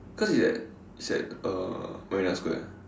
because it's at it's at uh Marina Square